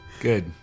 Good